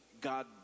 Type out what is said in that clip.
God